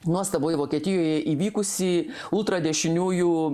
nuostabų vokietijoje įvykusį ultradešiniųjų